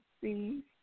see